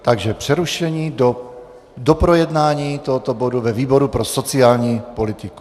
Takže přerušení do doprojednání tohoto bodu ve výboru pro sociální politiku.